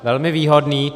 Velmi výhodný.